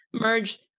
merge